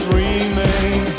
remain